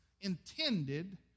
intended